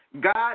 God